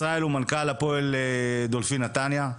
ישראל הוא מנכ"ל הפועל דולפין נתניה,